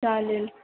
चालेल